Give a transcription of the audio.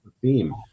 Theme